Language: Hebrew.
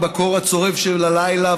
בקור הצורב של הלילה.